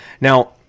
Now